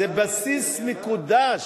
זה בסיס מקודש.